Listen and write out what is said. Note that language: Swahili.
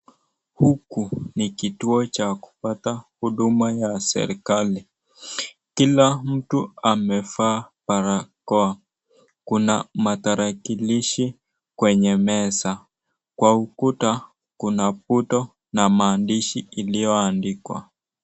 Huku ni kituo cha kupata huduma ya serikali . Kila mtu amevaa barakoa . Kuna matarakilishi kwenye meza. Kwa ukuta, kuna pudo maandishi iliyoandikwa.